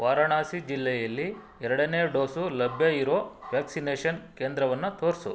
ವಾರಣಾಸಿ ಜಿಲ್ಲೆಯಲ್ಲಿ ಎರಡನೇ ಡೋಸು ಲಭ್ಯ ಇರೋ ವ್ಯಾಕ್ಸಿನೇಷನ್ ಕೇಂದ್ರವನ್ನು ತೋರಿಸು